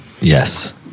Yes